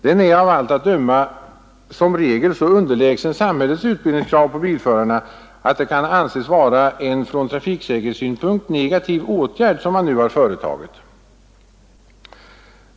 Den är av allt att döma som regel så underlägsen samhällets utbildningskrav på bilförarna, att det kan anses vara en från trafiksäkerhetssynpunkt negativ åtgärd som man nu har vidtagit.